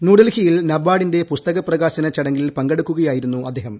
ന്യൂഡൽഹിയിൽ നബാർഡിന്റെ പുസ്തകപ്രകാശന ചടങ്ങിൽ പങ്കെടുക്കുകയായിരുന്നു അദ്ദേഹം